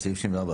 (18א)בסעיף 64,